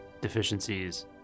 deficiencies